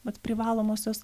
mat privalomosios